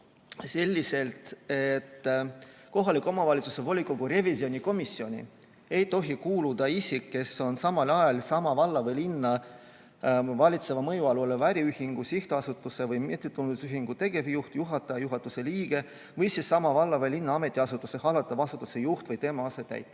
selliselt, et kohaliku omavalitsuse volikogu revisjonikomisjoni ei tohi kuuluda isik, kes on samal ajal sama valla või linna valitseva mõju all oleva äriühingu, sihtasutuse või mittetulundusühingu tegevjuht, juhataja, juhatuse liige või siis sama valla või linna ametiasutuse hallatava asutuse juht või tema asetäitja.